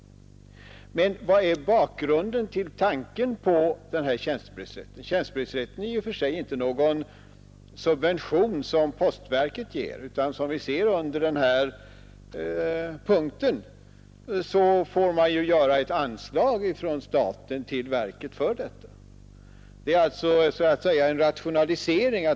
Men vad är bakgrunden till tanken på tjänstebrevsrätten? Tjänstebrevsrätten är i och för sig inte någon subvention som postverket ger, utan som framgår av punkten får man ge ett anslag från staten för detta ändamål. Det är så att säga en rationalisering.